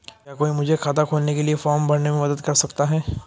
क्या कोई मुझे खाता खोलने के लिए फॉर्म भरने में मदद कर सकता है?